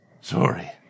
Sorry